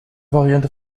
variante